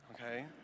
okay